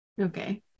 Okay